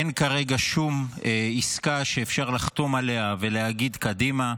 אין כרגע שום עסקה שאפשר לחתום עליה ולהגיד: קדימה.